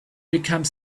become